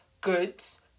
goods